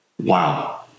Wow